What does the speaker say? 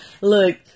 Look